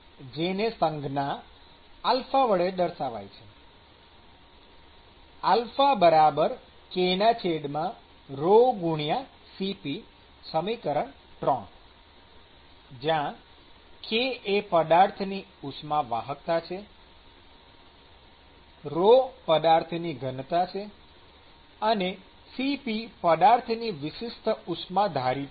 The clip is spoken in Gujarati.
જેને સંજ્ઞા α વડે દર્શાવાય છે kCp ૩ જ્યાં k એ પદાર્થની ઉષ્માવાહકતા છે ρ પદાર્થની ઘનતા છે અને Cp પદાર્થની વિશિષ્ટ ઉષ્માધારિતા છે